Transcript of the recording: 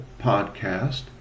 podcast